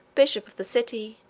bishop of the city,